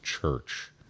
church